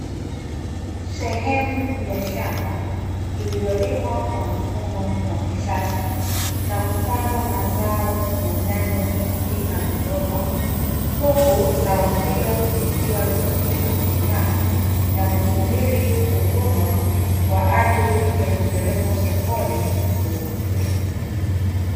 Sehemu ya shamba iliyolimwa kwa mfumo wa kisasa, na kupandwa mazao ya nyanya katika viroba, huku zao hilo likiwa limekwishakomaa, na kusubiri kuvunwa, kwa ajili ya kupelekwa sokoni kuuzwa.